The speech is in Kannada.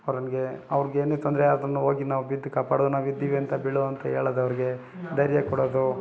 ಅವ್ರ್ಗೆ ಅವ್ರ್ಗೆ ಏನೇ ತೊಂದರೆ ಆದ್ರು ಹೋಗಿ ನಾವು ಬಿದ್ದು ಕಾಪಾಡೋದು ನಾವಿದ್ದೀವಿ ಅಂತ ಬೀಳು ಅಂತ ಹೇಳೋದ್ ಅವ್ರಿಗೆ ಧೈರ್ಯ ಕೊಡೋದು